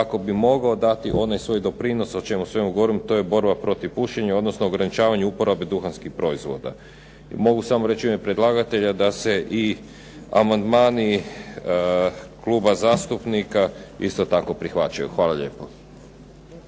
kako bi mogao dati onaj svoj doprinos o čemu svi govorimo, to je borba protiv pušenja odnosno ograničavanju uporabe duhanskih proizvoda. I mogu samo reći u ime predlagatelja da se i amandmani kluba zastupnika isto tako prihvaćaju. Hvala lijepo.